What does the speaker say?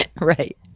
right